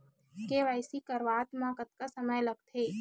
KYC करवात म कतका समय लगथे?